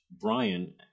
Brian